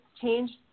changed